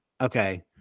okay